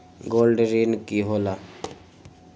Gold ऋण की होला?